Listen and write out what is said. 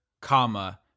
comma